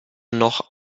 noch